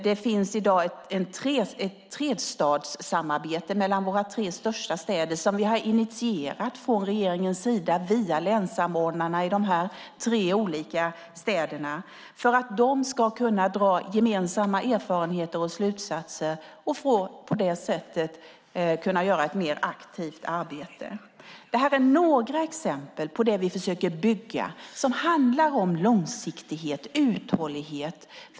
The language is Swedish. Det finns i dag ett trestadssamarbete mellan våra tre största städer som regeringen via länssamordnarna har initierat i dessa städer för att de ska kunna dra gemensamma erfarenheter och slutsatser och på det sättet kunna göra ett mer aktivt arbete. Det här är några exempel på det vi försöker bygga som handlar om långsiktighet och uthållighet.